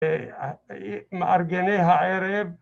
מארגני הערב